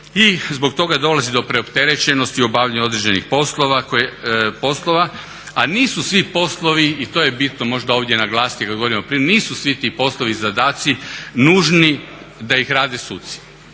I zbog toga dolazi do preopterećenosti u obavljanju određenih poslova, a nisu svi poslovi i to je bitno možda ovdje naglasiti kad govorimo o, nisu svi ti poslovi zadaci nužni da ih rade suci.